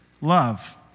love